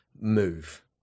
Move